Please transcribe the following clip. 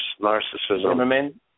narcissism